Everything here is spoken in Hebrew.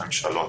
ממשלות.